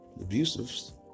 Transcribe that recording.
abusive